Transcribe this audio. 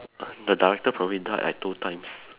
the director probably died like two times